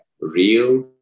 real